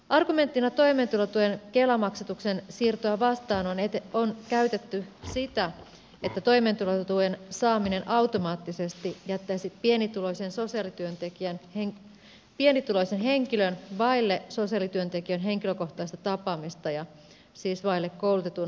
argumenttina toimeentulotuen kela maksatuksen siirtoa vastaan on käytetty sitä että toimeentulotuen saaminen automaattisesti jättäisi pienituloisen henkilön vaille sosiaalityöntekijän henkilökohtaista tapaamista ja siis vaille koulutetun sosiaalityöntekijän apua